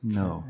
no